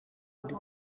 ikwiye